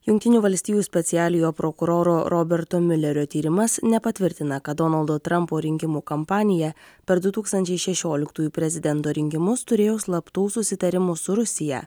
jungtinių valstijų specialiojo prokuroro roberto miulerio tyrimas nepatvirtina kad donaldo trampo rinkimų kampanija per du tūkstančiai šešioliktųjų prezidento rinkimus turėjo slaptų susitarimų su rusija